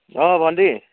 অ' ভণ্টী